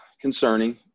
concerning